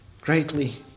greatly